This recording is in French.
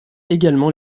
également